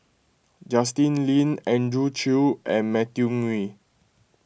Justin Lean Andrew Chew and Matthew Ngui